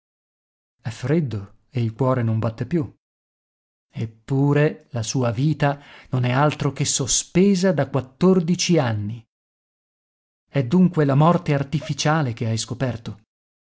è freddo e il cuore non batte più eppure la sua vita non è altro che sospesa da quattordici anni è dunque la morte artificiale che hai scoperto